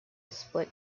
split